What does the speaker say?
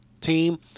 team